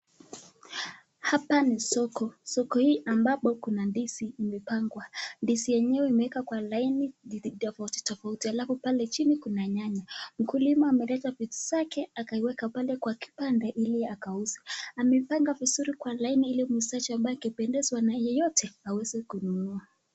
Hapa ni soko, soko hii ambapo kuna ndizi imepangwa ndizi yenyewe imwekwa kwa laini vitu tofautitofauti halafu pale chini kuna nyanya. Mkulima ameleta vitu zake akaiweka pale kwa kibanda ili akauze. Amepanga vizuri kwa laini ili mwuzaji akipendezwa na yeyote aweze kununua.